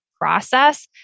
process